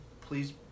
please